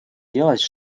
делать